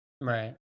Right